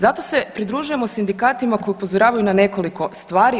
Zato se pridružujemo sindikatima koji upozoravaju na nekoliko stvari.